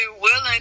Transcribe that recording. willing